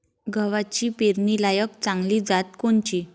गव्हाची पेरनीलायक चांगली जात कोनची?